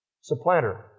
supplanter